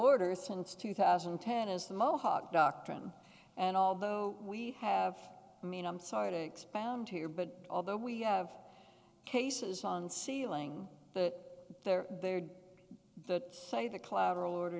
orders since two thousand and ten is the mohawk doctrine and although we have i mean i'm sorry to expound here but although we have cases on sealing the there there the say the collateral order